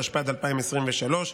התשפ"ד 2023,